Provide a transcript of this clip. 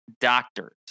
doctors